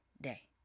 day